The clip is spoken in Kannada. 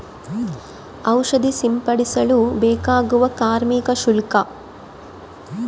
ಔಷಧಿ ಸಿಂಪಡಿಸಲು ಬೇಕಾಗುವ ಕಾರ್ಮಿಕ ಶುಲ್ಕ?